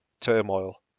turmoil